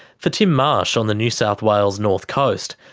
for tim marsh on the new south wales north coast,